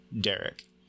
Derek